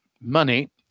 money